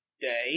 day